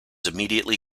immediately